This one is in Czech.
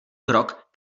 krok